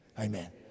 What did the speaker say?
Amen